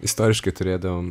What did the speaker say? istoriškai turėdavom